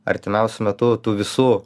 artimiausiu metu tų visų